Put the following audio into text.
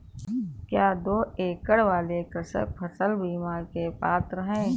क्या दो एकड़ वाले कृषक फसल बीमा के पात्र हैं?